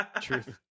Truth